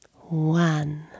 One